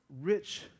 rich